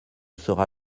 sera